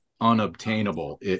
unobtainable